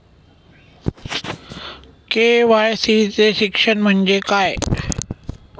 KYC चे शिक्षण म्हणजे काय?